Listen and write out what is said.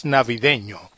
Navideño